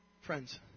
Friends